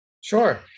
Sure